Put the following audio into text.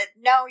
No